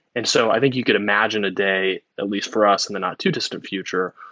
and so i think you could imagine a day, at least for us, in the not too distant future,